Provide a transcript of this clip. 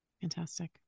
fantastic